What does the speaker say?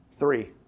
Three